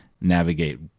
navigate